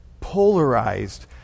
polarized